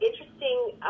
interesting